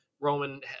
Roman